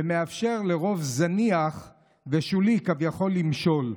ומאפשר לרוב זניח ושולי כביכול למשול.